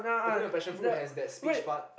opening of passion fruit has that speech part